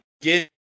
Get